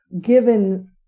Given